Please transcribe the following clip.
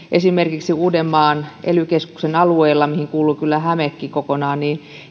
esimerkiksi uudenmaan ely keskuksen alueella mihin kuuluu kyllä hämekin kokonaan